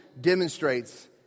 demonstrates